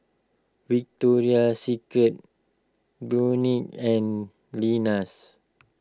Victoria Secret Burnie and Lenas